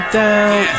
down